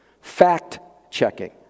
fact-checking